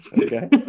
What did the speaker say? Okay